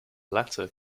latter